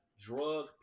drug